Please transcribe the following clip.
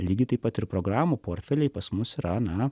lygiai taip pat ir programų portfeliai pas mus yra na